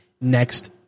next